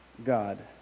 God